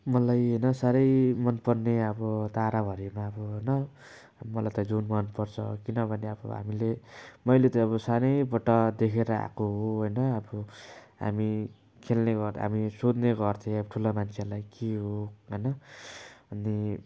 मलाई होइन साह्रै मनपर्ने अब ताराभरिमा अब होइन मलाई त जुन मनपर्छ किनभने अब हामीले मैले त अब सानैबाट देखेर आएको हो होइन अब हामी खेल्ने गर् अब सोध्ने गर्थेँ अब ठुला मान्छेहरूलाई के हो होइन अनि